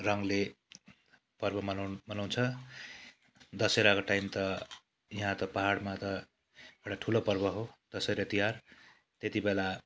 रङले पर्व मनाउँ मनाउँछ दसहराको टाइम त यहाँ त पाहाडमा त एउटा ठुलो पर्व हो दसैँ र तिहार त्यति बेला